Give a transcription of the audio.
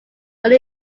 were